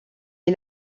est